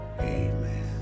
Amen